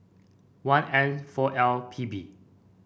one N four L P B